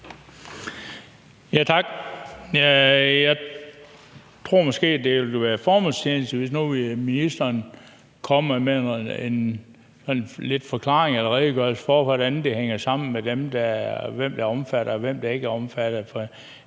Tak. Jeg tror måske, det ville være formålstjenligt, hvis nu ministeren kom med en forklaring på eller redegørelse for, hvordan det hænger sammen, altså hvem der er omfattet, og hvem der ikke er omfattet.